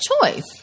choice